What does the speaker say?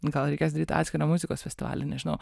gal reikės daryt atskirą muzikos festivalį nežinau